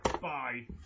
Bye